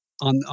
On